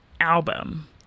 album